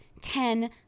ten